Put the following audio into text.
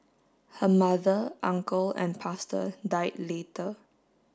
her mother uncle and pastor died later